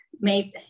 made